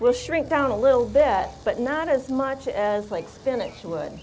will shrink down a little bit but not as much as like finish would